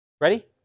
Ready